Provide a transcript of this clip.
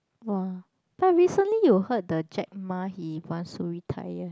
!wah! but recently you heard the Jack-Ma he wants to retire